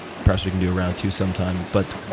perhaps we can do a round two sometime. but